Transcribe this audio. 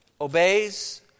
obeys